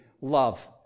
love